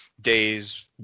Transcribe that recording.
days